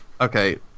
Okay